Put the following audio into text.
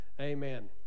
Amen